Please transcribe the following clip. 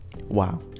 Wow